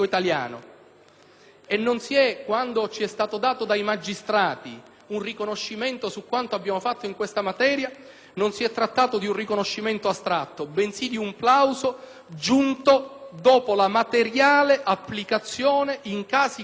e che, quando ci è stato dato dai magistrati un riconoscimento su quanto fatto in questa materia, non si è trattato di un riconoscimento astratto, bensì di un plauso giunto dopo la materiale applicazione in casi concreti,